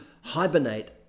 hibernate